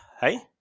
Hey